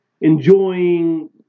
Enjoying